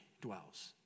dwells